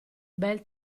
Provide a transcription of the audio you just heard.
bel